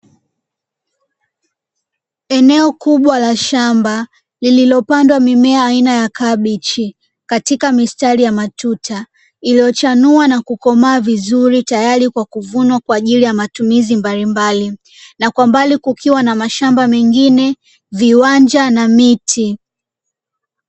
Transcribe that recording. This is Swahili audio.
Eneo kubwa la shamba lililopandwa mimea aina ya kabichi katika mistari ya matuta iliyochanua na kukomaa vizuri tayari kwa kuvunwa kwaajili ya matumizi mbalimbali na kwa mbali kukiwa na mashamba mengine viwanja na miti.